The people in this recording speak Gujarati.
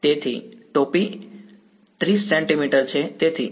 તેથી ટોપી 30 સેન્ટિમીટર છે